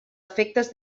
efectes